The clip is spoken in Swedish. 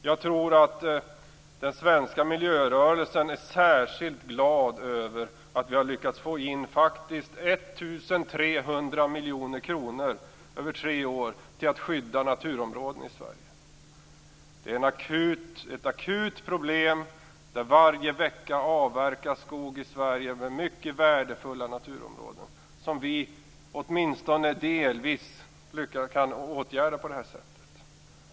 Jag tror att den svenska miljörörelsen är särskilt glad över att vi faktiskt har lyckats få in 1 300 miljoner kronor över tre år för att skydda naturområden i Sverige. Det är ett akut problem att det varje vecka avverkas skog i Sverige i mycket värdefulla naturområden, som vi åtminstone delvis kan åtgärda på det här sättet.